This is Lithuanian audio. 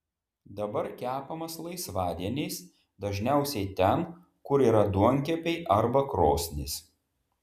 dabar kepamas laisvadieniais dažniausiai ten kur yra duonkepiai arba krosnys